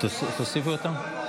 בסדר,